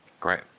great